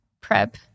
prep